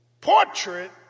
portrait